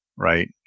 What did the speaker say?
Right